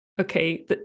okay